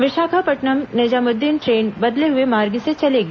Visakhapatnam Nizamuddin train बदले हुए मार्ग से चलेगी